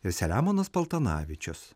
ir selemonas paltanavičius